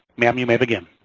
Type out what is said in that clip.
ma'am you may begin.